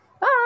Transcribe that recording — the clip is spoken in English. bye